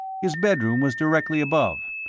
his bedroom was directly above,